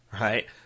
right